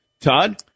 Todd